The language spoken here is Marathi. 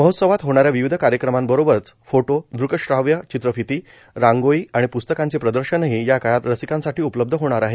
महोत्सवात होणाऱ्या विविध कार्यक्रमांबरोबरच फोटो दृकश्राव्य चित्रफिती रांगोळी आणि प्स्तकांचे प्रदर्शनही या काळात रसिकांसाठी उपलब्ध होणार आहे